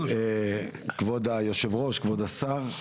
כבוד יושב הראש, כבוד השר,